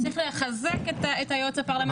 צריך לחזק את היועץ הפרלמנטרי.